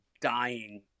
dying